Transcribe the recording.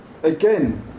again